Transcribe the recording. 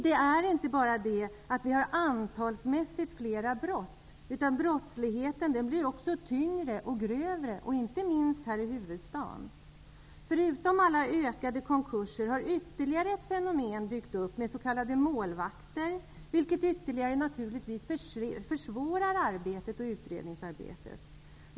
Det är inte bara fråga om att vi nu antalsmässigt har fler brott. Brottsligheten blir också tyngre och grövre, inte minst här i huvudstaden. Förutom antalet ökade konkurser har ytterligare ett fenomen dykt upp med s.k. målvakter, vilket naturligtvis ytterligare försvårar utredningsarbetet.